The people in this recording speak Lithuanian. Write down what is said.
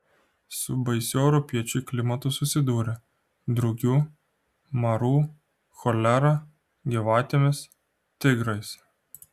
su baisiu europiečiui klimatu susidūrė drugiu maru cholera gyvatėmis tigrais